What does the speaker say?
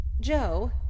Joe